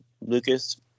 Lucas